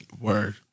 Word